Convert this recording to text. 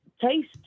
taste